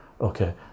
okay